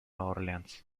orleans